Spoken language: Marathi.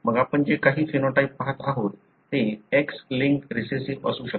मग आपण जे काही फेनोटाइप पहात आहोत ते X लिंक्ड रिसेसिव्ह असू शकते